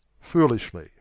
foolishly